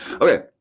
Okay